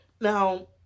now